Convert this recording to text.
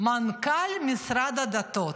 מנכ"ל משרד הדתות.